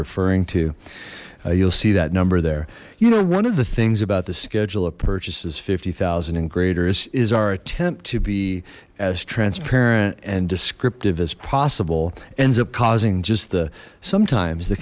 referring you'll see that number there you know one of the things about the schedule of purchases fifty thousand and graders is our attempt to be as transparent and descriptive as possible ends up causing just the sometimes the